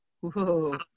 Whoa